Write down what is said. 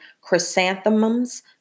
chrysanthemums